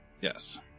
Yes